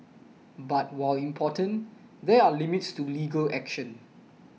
but while important there are limits to legal action